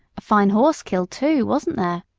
a fine horse killed, too, wasn't there?